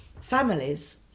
families